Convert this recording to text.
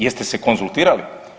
Jeste se konzultirali?